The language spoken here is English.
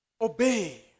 Obey